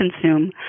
consume